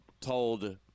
told